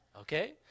okay